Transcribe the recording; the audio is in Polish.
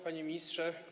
Panie Ministrze!